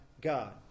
God